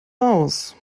aus